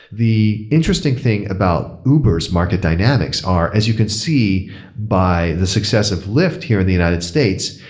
the interesting thing about uber's market dynamics are, as you can see by the success of lyft here in the united states,